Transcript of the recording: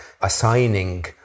assigning